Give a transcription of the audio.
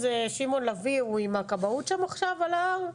שמעון לביא עם הכבאות שם עכשיו על ההר,